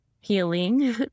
healing